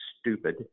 stupid